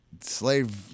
slave